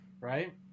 right